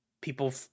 people